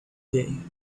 day